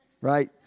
right